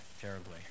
terribly